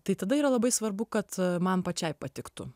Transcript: tai tada yra labai svarbu kad a man pačiai patiktų